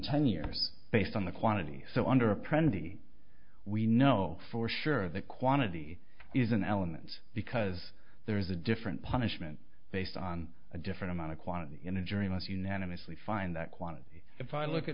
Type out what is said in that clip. ten years based on the quantity so under a printing we know for sure that quantity is an element because there is a different punishment based on a different amount of quantity in a journalist unanimously find that quantity if i look at